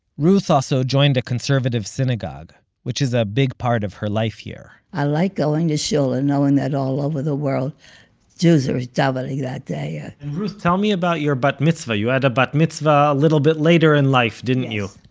ruth also joined a conservative synagogue, which is a big part of her life here i like going to shul and knowing that all over the world jews are davening that day ruth, tell me about your bat-mitzvah. you had a bat-mitzvah a little bit later in life, didn't you?